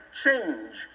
change